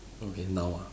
okay now ah